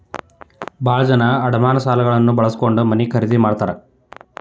ಭಾಳ ಜನ ಅಡಮಾನ ಸಾಲಗಳನ್ನ ಬಳಸ್ಕೊಂಡ್ ಮನೆ ಖರೇದಿ ಮಾಡ್ತಾರಾ